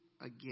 again